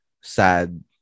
sad